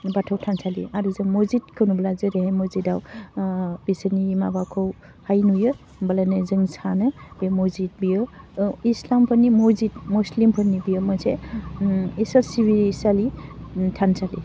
बाथौ थानसालि आरो जों मजिद बेखौ नुब्ला जेरैहाय मजिदाव ओह बिसोरनि माबाखौ हाइ नुयो होमबोलानो जों सानो बे मजिद बेयो ओह इस्लामफोरनि मजिद मुस्लिमफोरनि बेयो मोनसे ओह इसोर सिबिसालि थानसालि